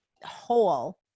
whole